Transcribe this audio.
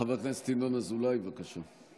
חבר הכנסת ינון אזולאי, בבקשה.